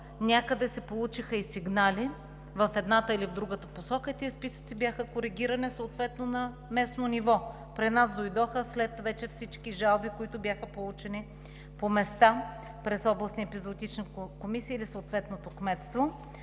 срок се получиха и сигнали, в едната или в другата посока и тези списъци бяха коригирани съответно на местно ниво. При нас дойдоха след всички жалби, които бяха получени по места през областни епизоотични комисии или съответното кметство.